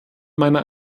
meiner